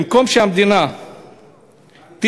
במקום שהמדינה תתנצל,